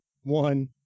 one